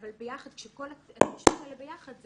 אבל כשכל התשתית הזאת ביחד.